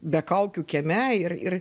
be kaukių kieme ir ir